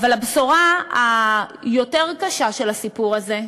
אבל הבשורה היותר-קשה של הסיפור הזה,